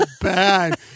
bad